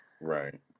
Right